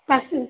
ପାଞ୍ଚ